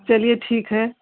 चलिए ठीक है